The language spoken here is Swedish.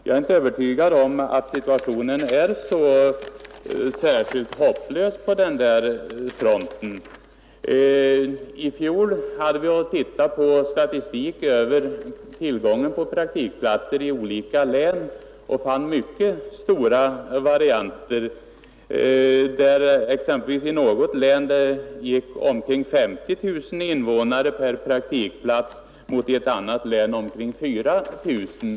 Jag är inte övertygad om att situationen är särskilt hopplös på den fronten. I fjol hade vi tillfälle att titta på statistik över tillgången på praktikplatser i olika län och fann mycket stora variationer. I något län gick det omkring 50 000 innevånare på varje praktikplats mot i ett annat län omkring 4 000.